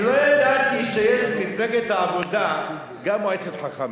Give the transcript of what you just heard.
אני לא ידעתי שגם במפלגת העבודה יש מועצת חכמים,